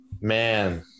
Man